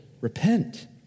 repent